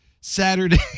Saturday